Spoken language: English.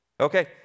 Okay